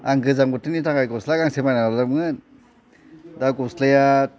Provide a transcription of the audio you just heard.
आं गोजां बोथोरनि थाखाय गस्ला गांसे बायनानै लाबोदोंमोन दा गस्लाया